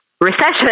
recession